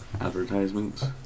advertisements